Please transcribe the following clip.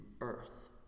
earth